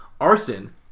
arson